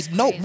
no